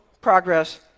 progress